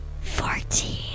Fourteen